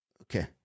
okay